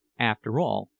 after all,